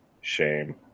shame